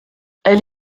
elle